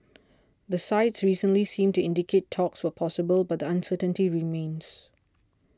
the sides recently seemed to indicate talks were possible but the uncertainty remains